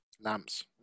Lamps